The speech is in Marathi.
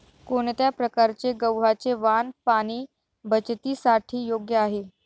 कोणत्या प्रकारचे गव्हाचे वाण पाणी बचतीसाठी योग्य आहे?